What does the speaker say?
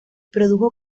produjo